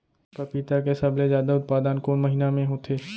पपीता के सबले जादा उत्पादन कोन महीना में होथे?